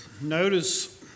notice